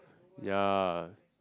ya